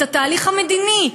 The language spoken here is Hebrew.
את התהליך המדיני.